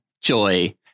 Joy